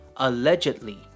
Allegedly